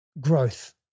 Growth